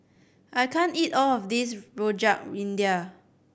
I can't eat all of this Rojak India